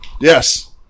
Yes